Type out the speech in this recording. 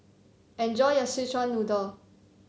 enjoy your Szechuan Noodle